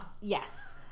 Yes